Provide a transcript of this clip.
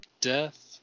death